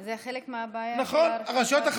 זה חלק מהבעיה של הרשויות הערביות.